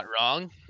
wrong